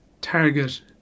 target